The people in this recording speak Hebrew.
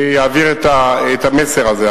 אני אעביר את המסר הזה,